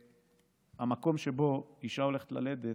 המקום שבו אישה הולכת ללדת,